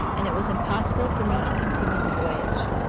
and it was impossible for me to continue the voyage.